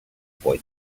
boy